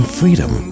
freedom